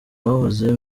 bahoze